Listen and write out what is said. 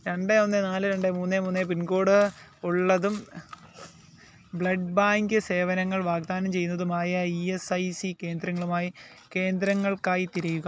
രണ്ട് ഒന്ന് നാല് രണ്ട് മൂന്ന് മൂന്ന് പിൻകോഡ് ഉള്ളതും ബ്ലഡ് ബാങ്ക് സേവനങ്ങൾ വാഗ്ദാനം ചെയ്യുന്നതുമായ ഇ എസ് ഐ സി കേന്ദ്രങ്ങളുമായി കേന്ദ്രങ്ങൾക്കായി തിരയുക